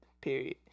Period